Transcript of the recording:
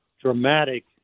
dramatic